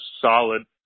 solid